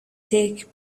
take